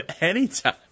Anytime